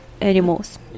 animals